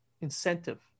incentive